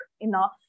enough